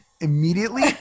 immediately